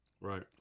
Right